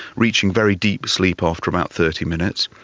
reaching very deep sleep after about thirty minutes.